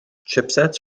chipsets